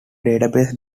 database